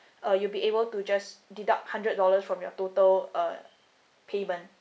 uh you'll be able to just deduct hundred dollars from your total uh payment